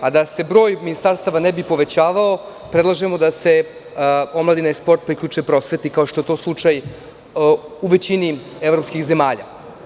Da se broj ministarstava ne bi povećavao, predlažemo da se omladina i sport priključe prosveti kao što je to slučaj u većini evropskih zemalja.